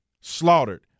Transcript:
slaughtered